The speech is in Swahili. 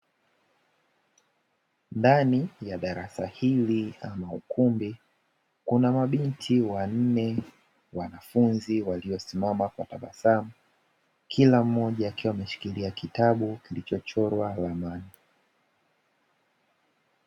Ndani ya darasa hili, ama ukumbi, kuna mabinti wanne wanafunzi waliosimama kwa tabasamu, kila mmoja akiwa ameshikilia kitabu kilichochorwa ramani.